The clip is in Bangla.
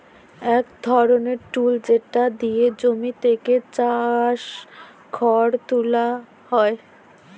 এক ধরনের টুল যেটা দিয়ে জমি থেকে ঘাস, খড় তুলা হয়